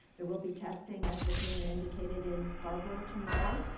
they will be testing as the premier indicated, in scarborough tomorrow.